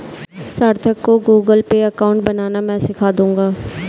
सार्थक को Google Pay account बनाना मैं सीखा दूंगा